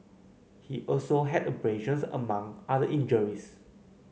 he also had abrasions among other injuries